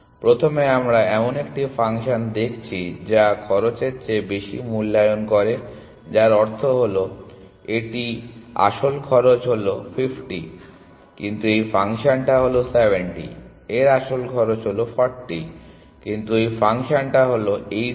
সুতরাং প্রথমে আমরা এমন একটি ফাংশন দেখছি যা খরচের চেয়ে বেশি মূল্যায়ন করে যার অর্থ হল এটির আসল খরচ হল 50 কিন্তু এই ফাংশন টা হল 70 এর আসল খরচ হল 40 কিন্তু এই ফাংশনটা হল 80